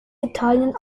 italien